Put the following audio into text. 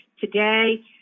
today